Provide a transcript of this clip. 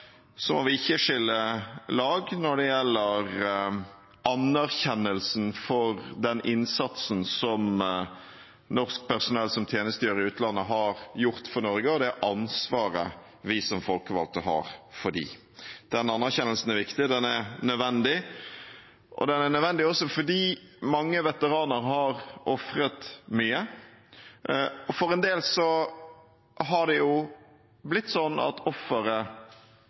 vi ikke lag når det gjelder anerkjennelsen av den innsatsen norsk personell som tjenestegjør i utlandet, har gjort for Norge, og det ansvaret vi som folkevalgte har for dem. Den anerkjennelsen er viktig, og den er nødvendig. Den er nødvendig også fordi mange veteraner har ofret mye. For en del har det jo blitt slik at offeret